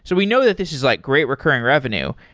so we know that this is like great recurring revenue.